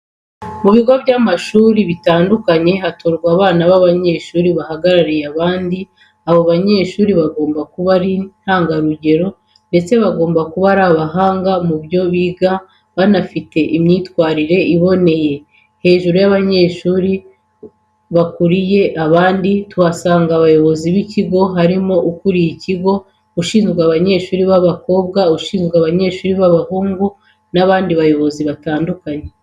Mu bigo by'amashuri bitandukanye hatorwa abanyeshuri bahagarariye abandi, abo banyeshuri bagomba kuba ari intangarugero ndetse bagomba kuba ari abahanga mu byo biga banafite imyitwarire iboneye. Hejuru y'abanyeshuri bakuriye abandi tuhasanga abayobozi b'ikigo harimo ukuriye ikigo, ushinzwe abanyeshuri b'abakobwa, ushinzwe abanyeshuri b'abahungu n'abandi bayobozi batandukanye.